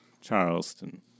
Charleston